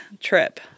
trip